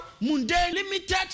limited